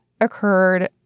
occurred